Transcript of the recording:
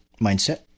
mindset